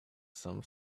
some